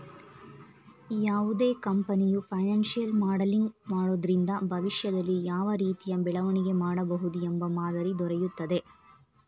ಯಾವುದೇ ಕಂಪನಿಯು financial modelling ಮಾಡೋದ್ರಿಂದ ಭವಿಷ್ಯದಲ್ಲಿ ಯಾವ ರೀತಿಯ ಬೆಳವಣಿಗೆ ಮಾಡಬಹುದು ಎಂಬ ಮಾದರಿ ದೊರೆಯುತ್ತದೆ